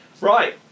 Right